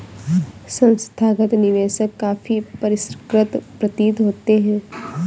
संस्थागत निवेशक काफी परिष्कृत प्रतीत होते हैं